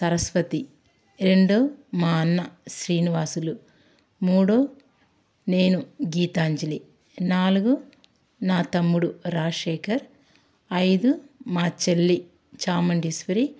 సరస్వతి రెండు మా అన్న శ్రీనివాసులు మూడు నేను గీతాంజలి నాలుగు నా తమ్ముడు రాజశేఖర్ ఐదు మా చెల్లి చాముండేశ్వరి